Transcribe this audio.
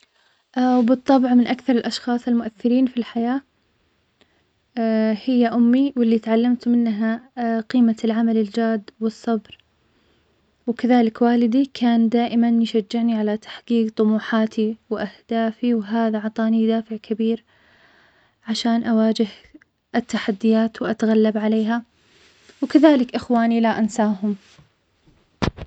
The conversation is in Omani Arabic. وبالطبع من أكثرالأشخاص المؤثرين في الحياة, هي أمي واللي تعلمت منها قيمة العمل الجاد والصبر, وكذلك والدي كان دائماً يشجعني على تحقيق طموحاتي, وأهدافي وهذا عطاني دافع كبير عشان أواجه التحديات وأتغلب عليها, وكذلك خوياني لا أنساهم.